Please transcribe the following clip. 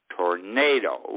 tornado